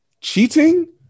cheating